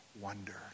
wonder